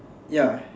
ya